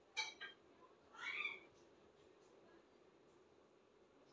कृपया मुझे लाभार्थियों की सूची दिखाइए